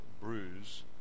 bruise